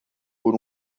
por